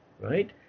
Right